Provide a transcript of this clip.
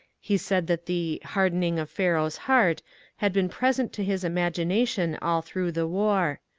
he said that the hardening of pharaoh's heart had been present to his imagination all through the war.